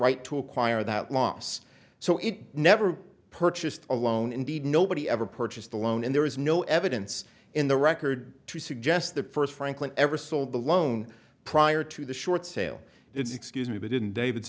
right to acquire that loss so it never purchased a loan indeed nobody ever purchased the loan and there is no evidence in the record to suggest that first franklin ever sold the loan prior to the short sale it's excuse me but didn't david